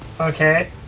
okay